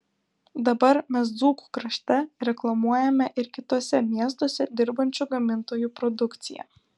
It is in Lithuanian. dabar mes dzūkų krašte reklamuojame ir kituose miestuose dirbančių gamintojų produkciją